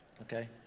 Okay